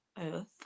earth